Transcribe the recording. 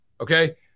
okay